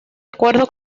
acuerdo